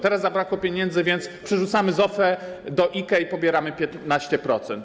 Teraz zabrakło pieniędzy, więc przerzucamy z OFE do IKE i pobieramy 15%.